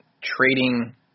trading